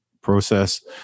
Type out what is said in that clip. process